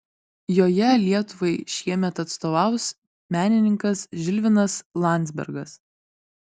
joje lietuvai šiemet atstovaus menininkas žilvinas landzbergas